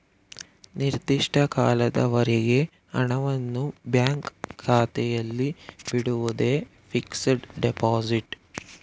ನಿರ್ದಿಷ್ಟ ಕಾಲದವರೆಗೆ ಹಣವನ್ನು ಬ್ಯಾಂಕ್ ಖಾತೆಯಲ್ಲಿ ಬಿಡುವುದೇ ಫಿಕ್ಸಡ್ ಡೆಪೋಸಿಟ್